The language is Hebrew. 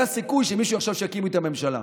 סיכוי שמישהו יחשוב שיקימו איתם ממשלה.